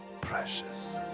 Precious